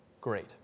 great